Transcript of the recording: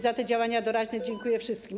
Za te działania doraźne dziękuję wszystkim.